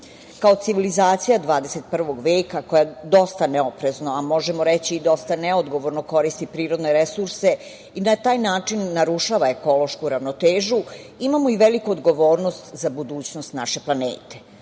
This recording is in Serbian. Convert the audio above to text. Kao civilizacija 21. veka koja dosta neoprezno, a možemo reći i dosta neodgovorno koristi prirodne resurse i na taj način narušava ekološku ravnotežu imamo i veliku odgovornost za budućnost naše planete.